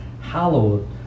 hallowed